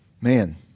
man